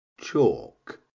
chalk